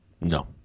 No